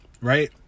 right